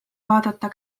vaadata